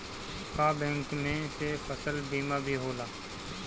का बैंक में से फसल बीमा भी होला?